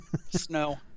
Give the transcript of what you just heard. snow